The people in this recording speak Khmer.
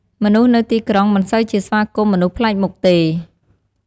មនុស្សនៅទីក្រុង មិនសូវជាស្វាគមន៍មនុស្សភ្លែកមុខទេ។